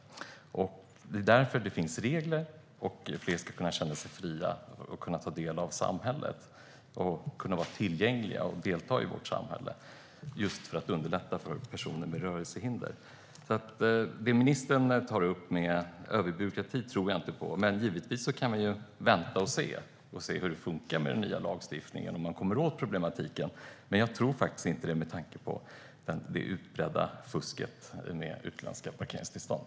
Det finns regler för att fler ska kunna känna sig fria och kunna ta del av samhället. Människor ska kunna ha tillgänglighet och kunna delta i vårt samhälle. Reglerna finns just för att underlätta för personer med rörelsehinder. Det som ministern tar upp med överbyråkrati tror jag inte på. Givetvis kan man vänta och se hur det fungerar med den nya lagstiftningen och om man kommer åt problematiken. Men jag tror inte det med tanke på det utbredda fusket med utländska parkeringstillstånd.